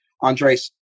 Andres